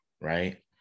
right